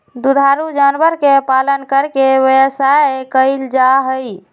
दुधारू जानवर के पालन करके व्यवसाय कइल जाहई